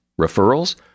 Referrals